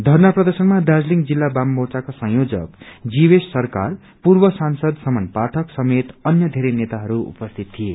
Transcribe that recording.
थरना प्रर्दशनमा दार्जीलिङ जिल्ल वात मोर्चाका संयोजक जीवेश सरकार पूर्व सांसद समन पाइक समेत अन्य धेरै नेताहरू उपस्थित थिए